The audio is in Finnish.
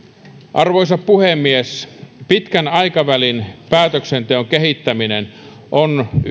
arvoisa puhemies pitkän aikavälin päätöksenteon kehittäminen on